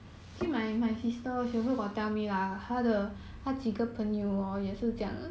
so how what's your your future plan is just work ah